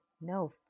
No